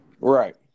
Right